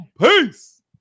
Peace